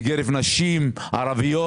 בקרב נשים ערביות.